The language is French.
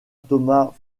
thomas